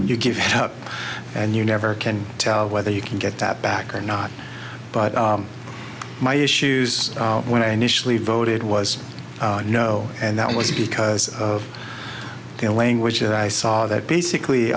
you give up and you never can tell whether you can get that back or not but my issues when i initially voted was no and that was because of the language that i saw that basically